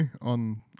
on